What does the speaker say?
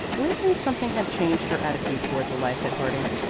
lately something had changed her attitude toward the life at harding.